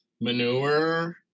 manure